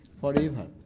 forever